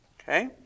Okay